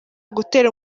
gutera